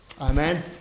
Amen